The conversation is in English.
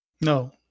No